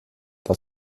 der